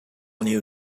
new